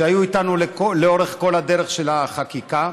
שהיו איתנו לאורך כל הדרך של החקיקה.